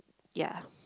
ya